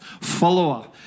follower